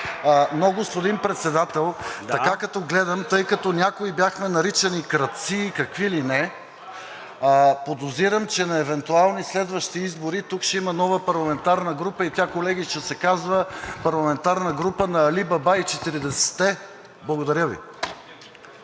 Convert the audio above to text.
Но, господин Председател, така като гледам, тъй като някои бяхме наричани „крадци“ и какви ли не, подозирам, че на евентуални следващи избори тук ще има нова парламентарна група и тя, колеги, ще се казва парламентарна група на Али Баба и 40-те. Благодаря Ви.